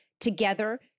together